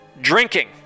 Drinking